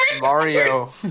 Mario